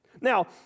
Now